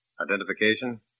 Identification